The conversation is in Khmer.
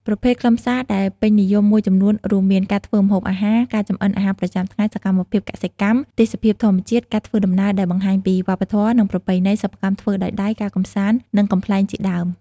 ប្រភេទខ្លឹមសារដែលពេញនិយមមួយចំនួនរួមមាន ការធ្វើម្ហូបអាហារ ការចម្អិនអាហារប្រចាំថ្ងៃ សកម្មភាពកសិកម្ម ទេសភាពធម្មជាតិ ការធ្វើដំណើរដែលបង្ហាញពីវប្បធម៌ និងប្រពៃណី សិប្បកម្មធ្វើដោយដៃ ការកម្សាន្ត និងកំប្លែងជាដើម។